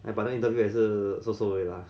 ah but then interview 也是 so so 而已 lah